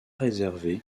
réservés